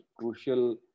crucial